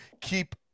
keep